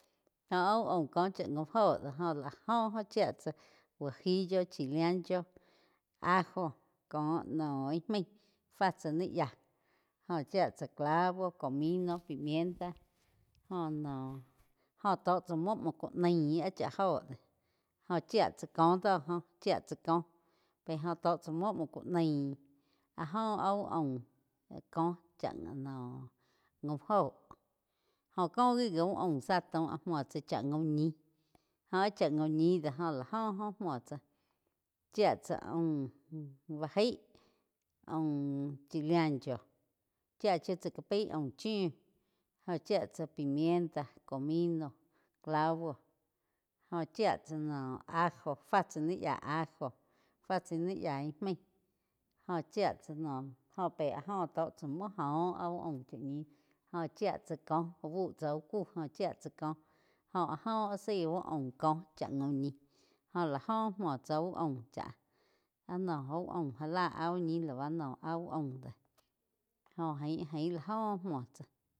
Jó áh úh aum kóh chá gaum óho do jo gi áh go óh chía tsá guajillo, chile ancho, ajo, cóh no íh maí fá tsá ni yáh jó chía tsá clavo, comino, pimienta jóh noh. Jo tó chá múo múo ku naí áh chá jo dé, óho chía tsá kóh do jo chía tsá koh pé óh tó chá muo, muoh ku naí áh jóh áh úh aum kóh chá noh gaum óho jóh kóh gi, gi úh aum zá jo muo tsá chá gaum ñih óh áh chá gaum ñi do jóh lá óh jo múo tsáh chía tsá aum bá jaig, aum chile ancho chía shiu tsá ká pai aum chiu, jó chía tsá pimienta, comino, clavo jó chía no ajo fá tsá ni yá ajo, fá chá ni yá íh main joh chía tsá noh jo pe áh joh tó chá muo óh áh úh aum chá ñih joh chía tsá coh úh bu tsá úh cúh óh chia tsá coh jóh áh joh zái úh aum coh chá gaum ñih jó lá oh múo tsá uh aum cháh áh no úh aum já la áh úh ñih la b ano áh úh aum do jo jain-jain la óh múo tzáh.